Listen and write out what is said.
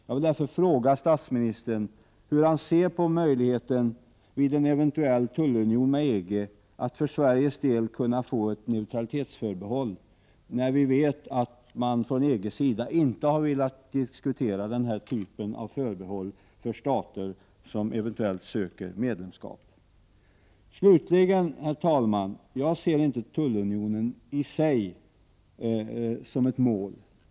Jag vill fråga statsministern hur han ser på möjligheten för Sveriges del, vid en eventuell tullunion med EG, att få ett neutralitetsförbehåll, när vi vet att man från EG:s sida inte har velat diskutera den typen av förbehåll för stater som eventuellt söker medlemskap. Slutligen ser jag inte, herr talman, tullunionen i sig som ett mål.